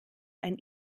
ein